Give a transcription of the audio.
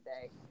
today